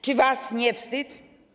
Czy wam nie wstyd?